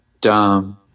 dumb